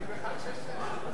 ובין שזה בכנסייה.